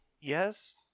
Yes